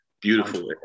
Beautiful